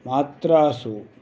मात्रासु